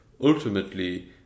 ultimately